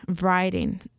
writing